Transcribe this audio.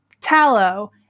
tallow